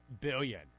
billion